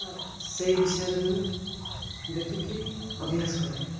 ସେହି ବିଷୟରେ ମୁଁ ଦେଖିକି ଅଭ୍ୟାସ କରେ